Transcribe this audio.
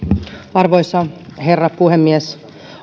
arvoisa herra puhemies